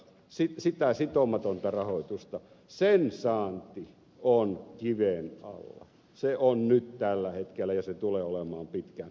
siksi tai sitomatonta tarvittavan perusrahoituksen sitomattoman rahoituksen saanti on kiven alla nyt tällä hetkellä ja tulee olemaan pitkään